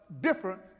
different